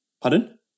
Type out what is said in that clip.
Pardon